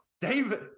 David